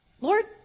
Lord